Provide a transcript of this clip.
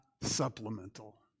supplemental